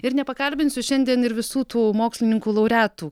ir nepakalbinsiu šiandien ir visų tų mokslininkų laureatų